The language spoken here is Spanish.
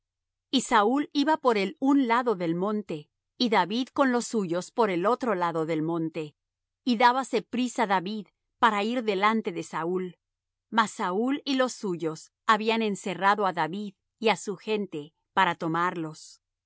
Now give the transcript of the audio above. y saúl iba por el un lado del monte y david con los suyos por el otro lado del monte y dábase priesa david para ir delante de saúl mas saúl y los suyos habían encerrado á david y á su gente para tomarlos